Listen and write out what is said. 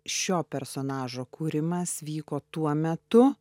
šio personažo kūrimas vyko tuo metu